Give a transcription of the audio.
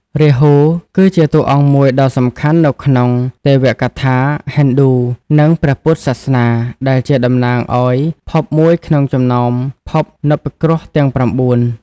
រាហូ គឺជាតួអង្គមួយដ៏សំខាន់នៅក្នុងទេវកថាហិណ្ឌូ និងព្រះពុទ្ធសាសនា ដែលជាតំណាងឱ្យភពមួយក្នុងចំណោមភពនព្វគ្រោះទាំង ៩ ។